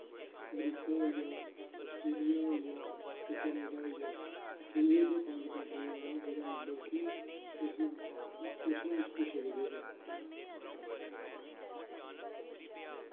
अमरीका होई गेआ अस्ट्रेलिया होई गेआ ते कैनेडा होई गेआ ते एह् हे पंज कंट्रियें दे नांऽ जेह्ड़े मतलब कि इस कवशन बिच्च पुच्छे गेदे हे